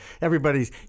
Everybody's